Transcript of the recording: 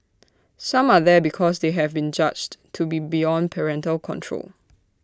some are there because they have been judged to be beyond parental control